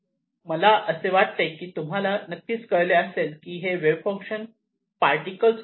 आता मला असे वाटते की तुम्हाला नक्कीच कळले असेल की हे वेव्ह फंक्शन पार्टिकल सोबत कसे संबंधित आहे